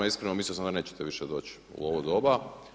Iskreno mislio sam da nećete više doći u ovo doba.